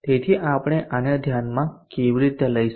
તેથી આપણે આને ધ્યાનમાં કેવી રીતે લઈશું